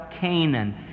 Canaan